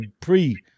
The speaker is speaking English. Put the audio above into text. pre